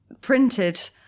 printed